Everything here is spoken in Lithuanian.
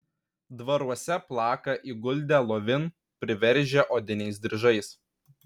dvaruose plaka įguldę lovin priveržę odiniais diržais